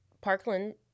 Parkland